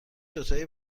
دوتایی